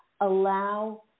allow